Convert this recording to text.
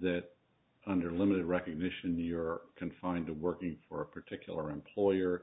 that under limited recognition you're confined to working for a particular employer